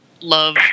love